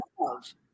love